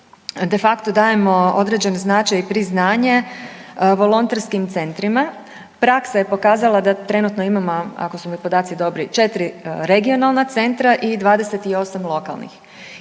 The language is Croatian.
de facto dajemo određeni značaj i priznaje volonterskim centrima. Praksa je pokazala da trenutno imao ako su mi podaci dobri 4 regionalna centra i 28 lokalnih.